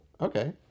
okay